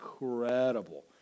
incredible